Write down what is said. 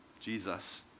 Jesus